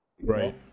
Right